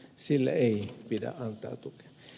sille ei pidä antaa tukea